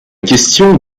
question